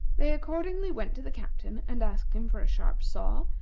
they accordingly went to the captain and asked him for a sharp saw,